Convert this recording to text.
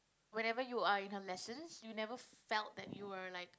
whenever you are in her lessons you never felt that you were like